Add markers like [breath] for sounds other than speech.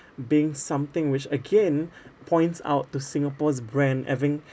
being something which again [breath] points out to singapore's brand having